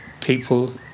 people